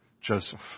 Joseph